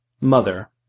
mother